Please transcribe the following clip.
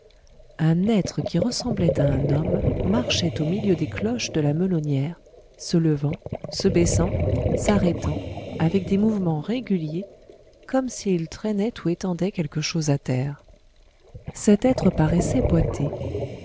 un être qui ressemblait à un homme marchait au milieu des cloches de la melonnière se levant se baissant s'arrêtant avec des mouvements réguliers comme s'il traînait ou étendait quelque chose à terre cet être paraissait